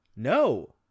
No